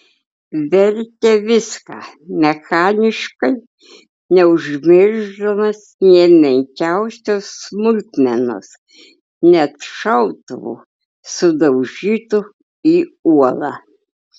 vertė viską mechaniškai neužmiršdamas nė menkiausios smulkmenos net šautuvų sudaužytų į uolą